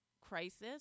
crisis